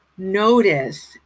Notice